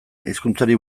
hizkuntzari